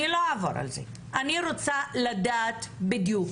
אני לא אעבור על זה, אני רוצה לדעת בדיוק.